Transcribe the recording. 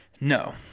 No